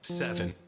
seven